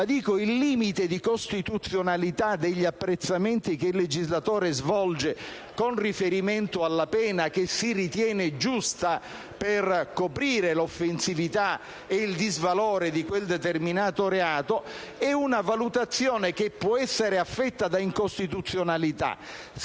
Il limite di costituzionalità degli apprezzamenti che il legislatore svolge con riferimento alla pena che si ritiene giusta per coprire l'offensività ed il disvalore di quel determinato reato è una valutazione che può essere affetta da incostituzionalità